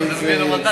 ודאי.